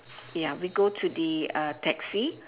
ya we go to the uh taxi